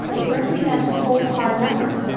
it represents cold, hard numbers,